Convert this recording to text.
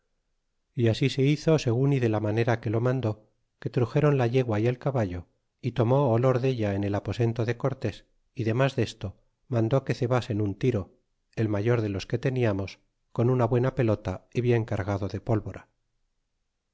y así se hizo segun y de la manera que lo mandó que truxéron la yegua y el caballo y tomó olor della en el aposento de cortés y demas desto mandó que cebasen un tiro el mayor de los que teniamos con una buena pelota y bien cargado de pólvora